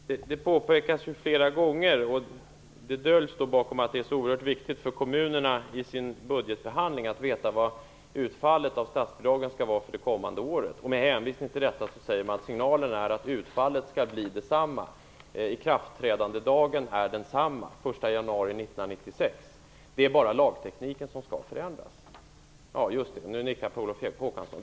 Herr talman! Det påpekas flera gånger, och det döljs bakom att det är så oerhört viktigt för kommunerna i sin budgetbehandling att veta vad utfallet av statsbidragen skall vara för det kommande året, att signalen är att utfallet skall bli detsamma. Ikraftträdandedagen är densamma, den 1 januari 1996. Det är bara lagtekniken som skall förändras - nu nickar Per Olof Håkansson.